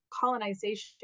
colonization